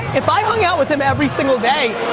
if i hung out with him every single day,